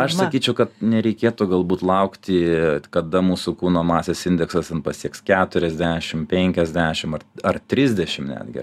aš sakyčiau kad nereikėtų galbūt laukti kada mūsų kūno masės indeksas pasieks keturiasdešim penkiasdešim ar ar trisdešim netgi